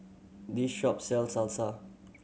this shop sell Salsa